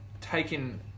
taken